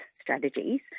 strategies